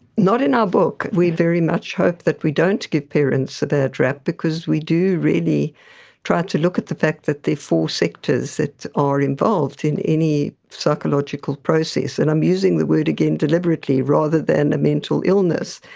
not in our book. we very much hope that we don't give parents a bad rap because we do really try to look at the fact that there are four sectors that are involved in any psychological process. and i'm using the word again deliberately rather than a mental illness.